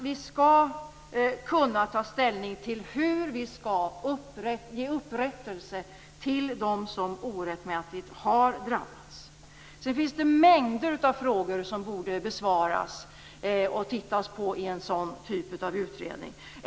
Vi måste kunna ta ställning till hur vi skall kunna ge upprättelse till dem som orättmätigt har drabbats. Sedan finns det mängder med frågor som borde besvaras och ses över i en sådan typ av utredning.